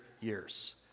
years